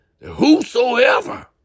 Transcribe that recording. whosoever